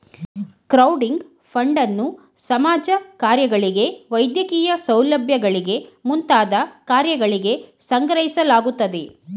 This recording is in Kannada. ಕ್ರೌಡಿಂಗ್ ಫಂಡನ್ನು ಸಮಾಜ ಕಾರ್ಯಗಳಿಗೆ ವೈದ್ಯಕೀಯ ಸೌಲಭ್ಯಗಳಿಗೆ ಮುಂತಾದ ಕಾರ್ಯಗಳಿಗೆ ಸಂಗ್ರಹಿಸಲಾಗುತ್ತದೆ